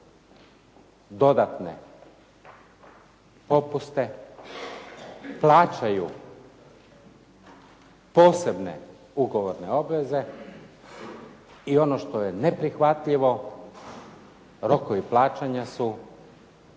dodatne popuste, plaćaju posebne ugovorne obveze i ono što je neprihvatljivo, rokovi plaćanja su